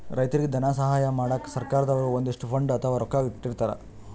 ರೈತರಿಗ್ ಧನ ಸಹಾಯ ಮಾಡಕ್ಕ್ ಸರ್ಕಾರ್ ದವ್ರು ಒಂದಿಷ್ಟ್ ಫಂಡ್ ಅಥವಾ ರೊಕ್ಕಾ ಇಟ್ಟಿರ್ತರ್